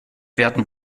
werden